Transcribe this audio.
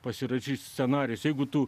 pasirašysi scenarijus jeigu tu